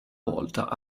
volta